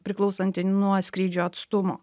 priklausanti nuo skrydžio atstumo